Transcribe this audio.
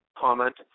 Comment